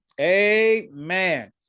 amen